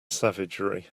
savagery